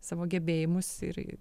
savo gebėjimus ir